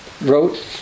wrote